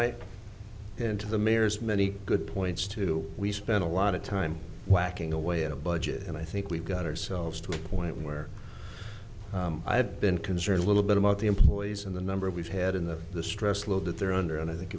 i and to the mayor's many good points too we spend a lot of time whacking away at a budget and i think we've got ourselves to a point where i've been concerned a little bit about the employees and the number we've had in the the stress load that they're under and i think